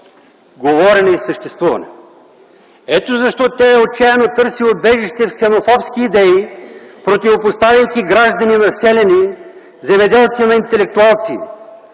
говорене и съществуване. Ето защо тя отчаяно търси убежище в ксенофобски идеи, противопоставяйки граждани на селяни, земеделци на интелектуалци.